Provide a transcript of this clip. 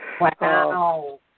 Wow